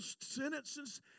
sentences